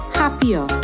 happier